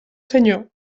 senyor